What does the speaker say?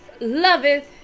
loveth